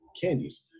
candies